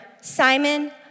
Simon